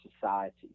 society